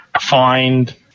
find